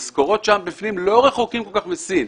המשכורות שם לא רחוקות כל כך מהמשכורות בסין.